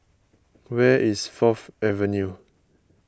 where is Fourth Avenue